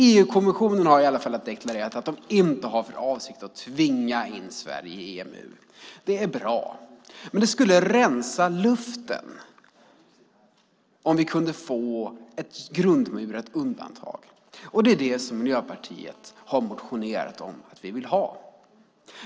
EU-kommissionen har i alla fall deklarerat att man inte har för avsikt att tvinga in Sverige i EMU. Det är bra. Men det skulle rensa luften om vi kunde få ett grundmurat undantag. Det är det som Miljöpartiet har motionerat om att vi vill ha.